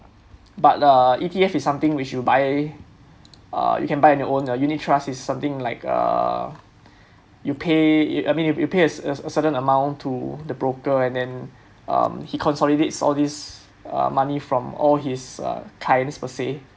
but uh E_T_F is something which you buy uh you can buy on your own unit trust is something like uh you pay I mean you pay a a certain amount to the broker and then um he consolidates all these uh money from all his uh clients per se